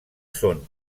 són